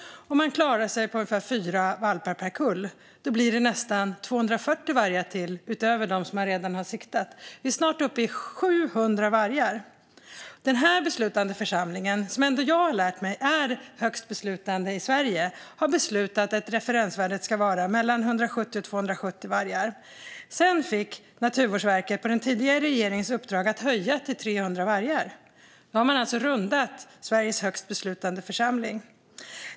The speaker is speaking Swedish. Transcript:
Då blir det nästan ytterligare 240 vargar utöver dem som redan har siktats. Vi är snart uppe i 700 vargar. Den här beslutande församlingen, som jag ändå har lärt mig är högsta beslutande församlingen i Sverige, har beslutat att referensvärdet ska vara mellan 170 och 270 vargar. Sedan fick Naturvårdsverket av den tidigare regeringen i uppdrag att höja till 300 vargar. Då har man alltså rundat Sveriges högsta beslutande församling.